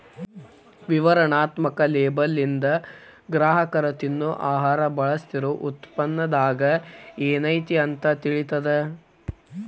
ವಿವರಣಾತ್ಮಕ ಲೇಬಲ್ಲಿಂದ ಗ್ರಾಹಕರ ತಿನ್ನೊ ಆಹಾರ ಬಳಸ್ತಿರೋ ಉತ್ಪನ್ನದಾಗ ಏನೈತಿ ಅಂತ ತಿಳಿತದ